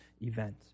event